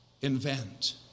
invent